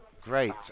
Great